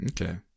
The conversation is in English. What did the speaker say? Okay